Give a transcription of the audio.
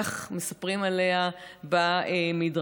כך מספרים עליה במדרשים,